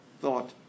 thought